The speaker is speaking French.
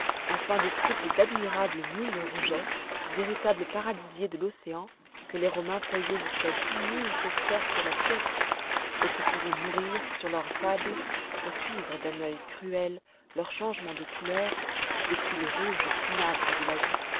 enfin des troupes d'admirables mulles rougets véritables paradisiers de l'océan que les romains payaient jusqu'à dix mille sesterces la pièce et qu'ils faisaient mourir sur leur table pour suivre d'un oeil cruel leurs changements de couleurs depuis le rouge cinabre de la vie